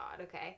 Okay